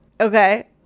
Okay